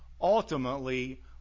ultimately